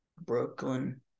Brooklyn